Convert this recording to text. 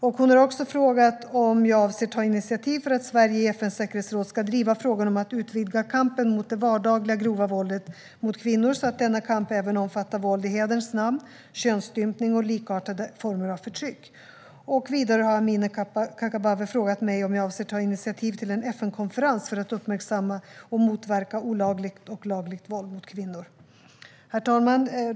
Amineh Kakabaveh har även frågat mig om jag avser att ta initiativ för att Sverige i FN:s säkerhetsråd ska driva frågan om att utvidga kampen mot det vardagliga grova våldet mot kvinnor så att denna kamp även omfattar våld i hederns namn, könsstympning och likartade former av förtryck. Vidare har Amineh Kakabaveh frågat mig om jag avser att ta initiativ till en FN-konferens för att uppmärksamma och motverka olagligt och lagligt våld mot kvinnor. Herr talman!